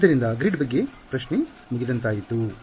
ಆದ್ದರಿಂದ ಗ್ರಿಡ್ ಬಗ್ಗೆ ಪ್ರಶ್ನೆ ಮುಗಿದಂತಾಯಿತು